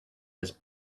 his